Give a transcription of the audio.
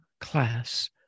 class